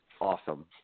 awesome